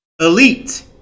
elite